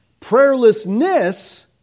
prayerlessness